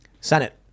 Senate